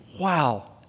wow